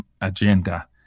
agenda